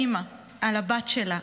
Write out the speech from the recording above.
מהזעקה של האימא על הבת שלה,